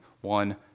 one